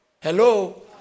Hello